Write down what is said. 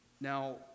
Now